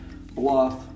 Bluff